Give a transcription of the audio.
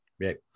Right